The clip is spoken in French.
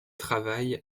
travaille